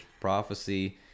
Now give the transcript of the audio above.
prophecy